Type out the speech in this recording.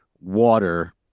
water